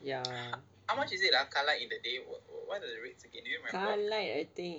how much is it ah car lite in the day what are the rates again do you remember